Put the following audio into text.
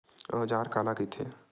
औजार काला कइथे?